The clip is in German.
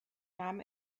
nahm